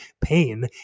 pain